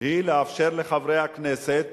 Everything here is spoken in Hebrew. הוא לאפשר לחברי הכנסת